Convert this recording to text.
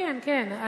כן,